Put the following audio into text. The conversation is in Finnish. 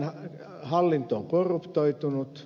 karzain hallinto on korruptoitunut